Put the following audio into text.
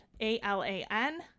A-L-A-N